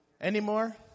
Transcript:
Anymore